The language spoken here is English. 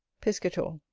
piscator.